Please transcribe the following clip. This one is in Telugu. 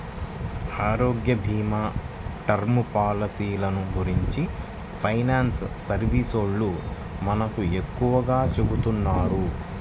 ఆరోగ్యభీమా, టర్మ్ పాలసీలను గురించి ఫైనాన్స్ సర్వీసోల్లు మనకు ఎక్కువగా చెబుతున్నారు